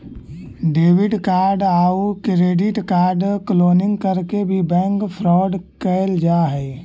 debit card आउ credit card के cloning करके भी बैंक फ्रॉड कैल जा हइ